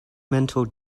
mental